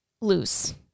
loose